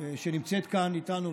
שנמצאת כאן איתנו.